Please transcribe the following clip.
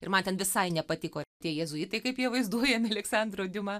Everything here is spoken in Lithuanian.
ir man ten visai nepatiko tie jėzuitai kaip jie vaizduojami aleksandro diuma